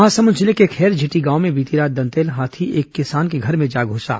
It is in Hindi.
महासमुंद जिले के खैरझिटी गांव में बीती रात दंतैल हाथी एक किसान के घर में जा घुसा